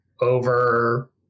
over